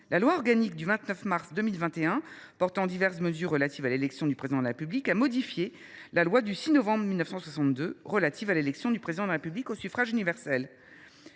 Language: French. la loi organique du 29 mars 2021 portant diverses mesures relatives à l’élection du Président de la République a modifié la loi du 6 novembre 1962 relative à l’élection du Président de la République au suffrage universel.